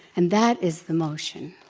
and that is the motion.